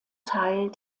teil